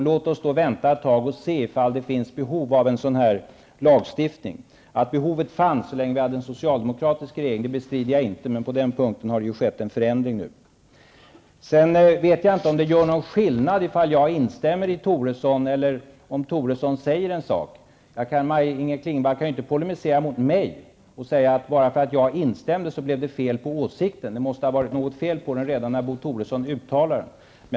Låt oss då vänta ett tag och se i fall det finns behov av en lagstiftning. Jag bestrider inte att behovet fanns så länge vi hade en socialdemokratisk regering, men på den punkten har det ju skett en förändring. Jag vet inte om det gör någon skillnad om jag instämmer med Bo Toresson eller om Bo Toresson säger en sak. Maj-Inger Klingvall kan ju inte polemisera med mig och säga att det är fel på åsikten bara för att jag instämmer i den. Det måste ha varit något fel på åsikten redan när Bo Toresson uttalade den.